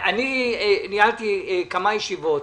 ניהלתי כמה ישיבות